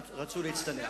רצוי להצטנע.